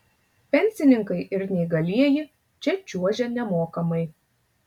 pensininkai ir neįgalieji čia čiuožia nemokamai